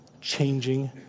changing